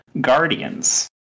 Guardians